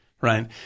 Right